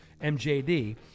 MJD